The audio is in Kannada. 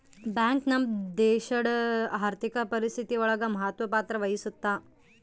ಬ್ಯಾಂಕ್ ನಮ್ ದೇಶಡ್ ಆರ್ಥಿಕ ಪರಿಸ್ಥಿತಿ ಒಳಗ ಮಹತ್ವ ಪತ್ರ ವಹಿಸುತ್ತಾ